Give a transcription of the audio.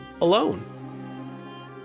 alone